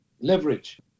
leverage